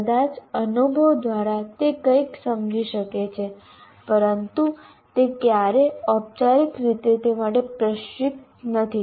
કદાચ અનુભવ દ્વારા તે કંઈક સમજી શકે છે પરંતુ તે ક્યારેય ઔપચારિક રીતે તે માટે પ્રશિક્ષિત નથી